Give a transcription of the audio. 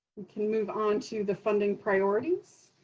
we can move onto the funding priorities.